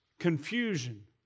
confusion